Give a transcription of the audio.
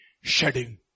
shedding